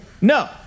No